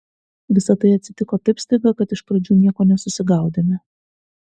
visa tai atsitiko taip staiga kad iš pradžių nieko nesusigaudėme